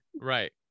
Right